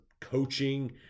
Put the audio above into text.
coaching